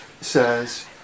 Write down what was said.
says